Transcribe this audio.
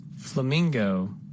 Flamingo